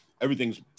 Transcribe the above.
everything's